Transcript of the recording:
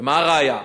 מה הראיה?